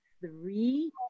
three